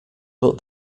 but